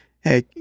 hey